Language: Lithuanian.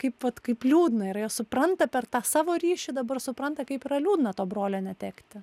kaip vat kaip liūdna ir jos supranta per tą savo ryšį dabar supranta kaip yra liūdna to brolio netekti